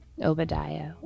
Obadiah